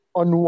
on